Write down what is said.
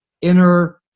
inner